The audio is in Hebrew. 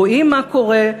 רואים מה קורה,